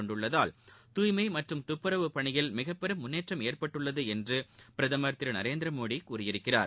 கொண்டுள்ளதால் தூய்னம் மற்றும் துப்புரவு பணியில் மிக பெரும் முன்னேற்றம் ஏற்பட்டுள்ளது என்று பிரதமர் திரு நரேந்திரமோடி கூறியிருக்கிறார்